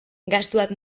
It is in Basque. gastuak